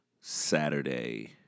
Saturday